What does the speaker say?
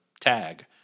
tag